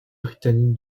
britannique